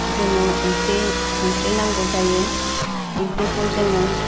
जोङो ओंख्रि ओंख्रि नांगौ जायो ओंख्रिखौ जोङो